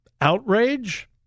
outrage